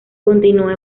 continúa